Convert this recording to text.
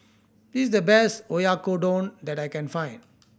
this is the best Oyakodon that I can find